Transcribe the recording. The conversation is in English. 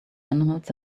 animals